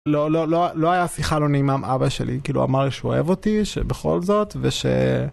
לא, לא, לא, לא היה שיחה לא נעימה עם אבא שלי, כאילו, אמר לי שהוא אוהב אותי, שבכל זאת, וש...